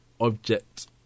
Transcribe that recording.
object